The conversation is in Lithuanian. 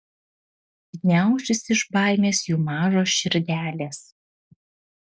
gniaušis iš baimės jų mažos širdelės